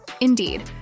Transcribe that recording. Indeed